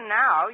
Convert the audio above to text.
now